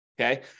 okay